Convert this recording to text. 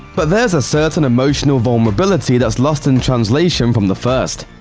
but there's a certain emotional vulnerability that's lost in translation from the first.